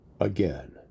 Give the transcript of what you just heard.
again